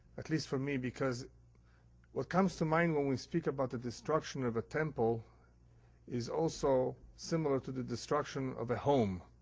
at least for me, because what comes to mind when we speak about the destruction of a temple is also similar to the destruction of a home,